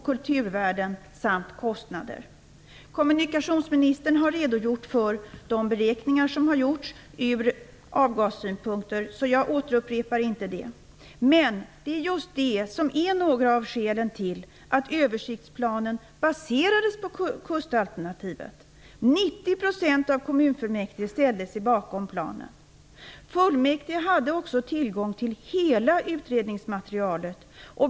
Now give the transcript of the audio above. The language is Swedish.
Kommunikationsministern har redogjort för de beräkningar som har gjorts från avgassynpunkt, så jag återupprepar inte det. Men det är just dessa beräkningar som är ett av skälen till att översiktsplanen baserades på kustalternativet. 90 % av kommunfullmäktige ställde sig bakom planen. Fullmäktige hade också tillgång till hela utredningsmaterialet.